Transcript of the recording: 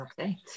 Okay